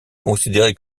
considéré